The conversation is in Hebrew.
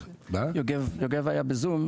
יוגב היה בזום.